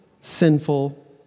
sinful